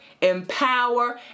Empower